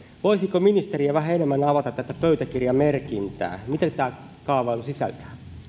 voisiko ministeri vähän enemmän avata tätä pöytäkirjamerkintää mitä tämä kaavailu sisältää